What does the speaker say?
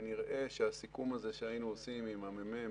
שכנראה שהסיכום שהיינו עושים עם המ"מ,